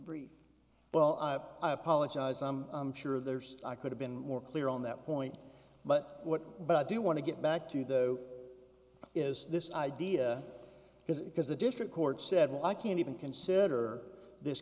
brief well i apologize i'm sure there's i could have been more clear on that point but what but i do want to get back to though is this idea is it because the district court said i can't even consider this